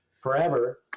forever